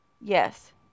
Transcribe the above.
Yes